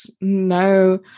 no